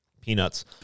peanuts